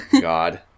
God